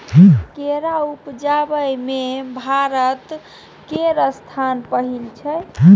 केरा उपजाबै मे भारत केर स्थान पहिल छै